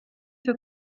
für